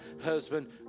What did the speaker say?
husband